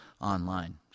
online